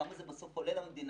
כמה זה בסוף עולה למדינה,